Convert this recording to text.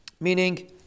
Meaning